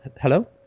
Hello